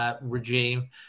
regime